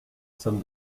somme